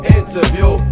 interview